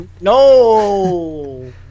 No